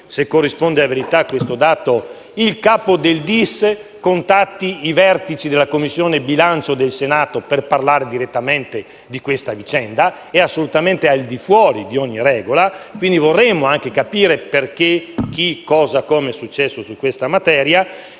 corrisponde a verità - il capo del DIS contatti i vertici della Commissione bilancio del Senato per parlare direttamente di questa vicenda (è assolutamente al di fuori di ogni regola, quindi vorremmo anche capire che cosa, perché e come è successo su questa materia)